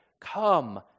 come